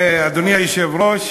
אדוני היושב-ראש,